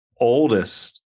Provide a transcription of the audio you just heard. oldest